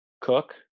Cook